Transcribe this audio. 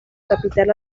capital